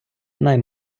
най